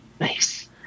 Nice